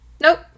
Nope